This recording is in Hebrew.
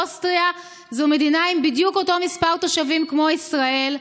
אוסטריה זו מדינה עם אותו מספר תושבים בדיוק כמו ישראל,